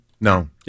No